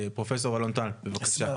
פרופ' אלון טל, בבקשה.